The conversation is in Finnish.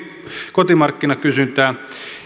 kotimarkkinakysyntää